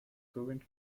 current